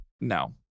No